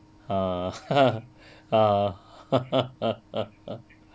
uh uh